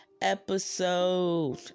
episode